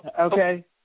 Okay